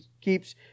keeps